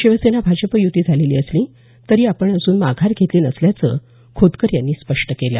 शिवसेना भाजप यूती झालेली असली तरी आपण अजून माघार घेतली नसल्याचं खोतकर यांनी स्पष्ट केलं